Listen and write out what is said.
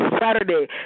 Saturday